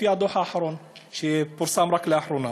לפי הדוח האחרון שפורסם רק לאחרונה.